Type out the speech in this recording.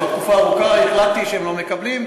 כבר תקופה ארוכה שהחלטתי שהם לא מקבלים.